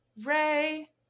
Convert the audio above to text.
ray